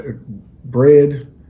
Bread